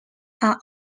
are